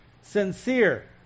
Sincere